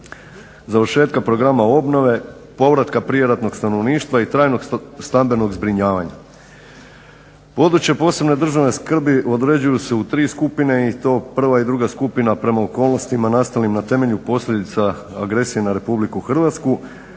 završetka programa obnove, povratka prijeratnog stanovništva i trajnog stambenog zbrinjavanja. Područje posebne državne skrbi određuju se u tri skupine i to prva i druga skupina prema okolnostima nastalim na temelju posljedica agresije na RH,